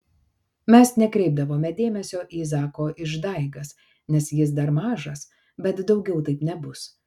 mes nekreipdavome dėmesio į zako išdaigas nes jis dar mažas bet daugiau taip nebus